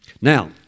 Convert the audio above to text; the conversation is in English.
Now